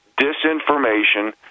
disinformation